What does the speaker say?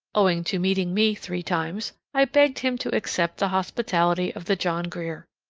owing to meeting me three times, i begged him to accept the hospitality of the john grier.